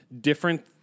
different